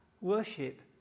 Worship